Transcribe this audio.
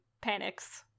panics